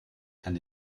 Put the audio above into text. kann